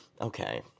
Okay